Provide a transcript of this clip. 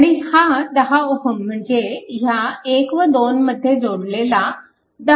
आणि हा 10 Ω म्हणजे ह्या 1 व 2 मध्ये जोडलेला 10 Ω